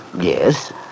yes